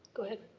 go ahead.